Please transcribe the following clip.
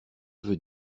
veut